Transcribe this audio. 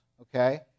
okay